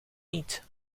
niet